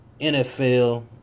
NFL